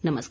नमस्कार